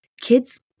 kids